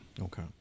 Okay